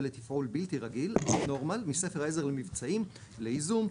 ולתפעול בלתי רגיל (abnormal) מספר העזר למבצעים לייזום,